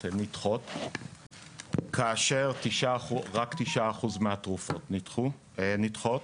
נדחות לעומת רק 9% תרופות שנדחות.